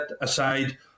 aside